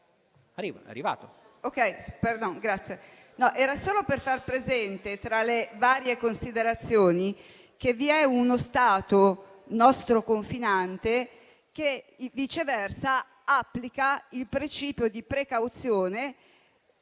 solo per far presente, fra le varie considerazioni, che vi è uno Stato nostro confinante che viceversa applica il principio di precauzione